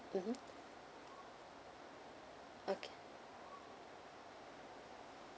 mmhmm okay